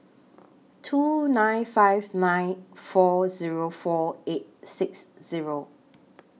two nine five nine four four eight six